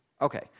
Okay